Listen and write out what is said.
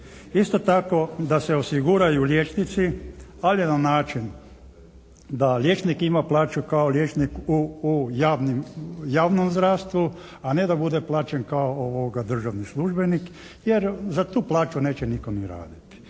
Isto tako da se osiguraju liječnici ali na način da liječnik ima plaću kao liječnik u javnom zdravstvu a ne da bude plaćen kao državni službenik jer za tu plaću neće nitko ni raditi.